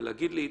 ולהגיד לי,